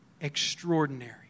extraordinary